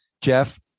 Jeff